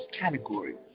category